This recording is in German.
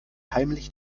heimlich